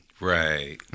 Right